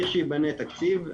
לכשייבנה תקציב,